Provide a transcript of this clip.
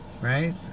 right